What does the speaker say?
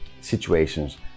situations